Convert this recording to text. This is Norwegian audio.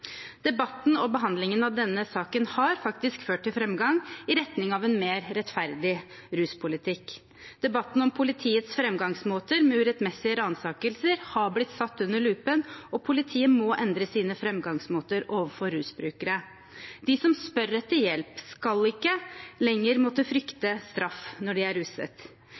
Debatten og behandlingen av denne saken har faktisk ført til framgang i retning av en mer rettferdig ruspolitikk. Debatten om politiets framgangsmåter med urettmessige ransakelser har blitt satt under lupen, og politiet må endre sine framgangsmåter overfor rusbrukere. De som spør etter hjelp, skal ikke lenger måtte frykte straff når de er ruset.